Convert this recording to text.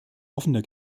offener